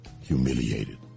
humiliated